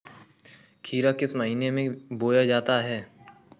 खीरा किस महीने में बोया जाता है?